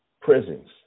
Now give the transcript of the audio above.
prisons